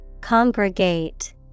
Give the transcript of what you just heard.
Congregate